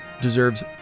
deserves